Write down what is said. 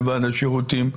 מלבד השירותים,